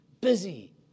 Busy